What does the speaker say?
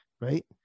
Right